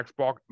Xbox